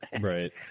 Right